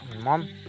mom